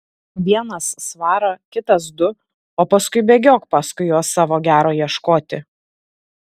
vienas svarą kitas du o paskui bėgiok paskui juos savo gero ieškoti